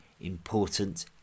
important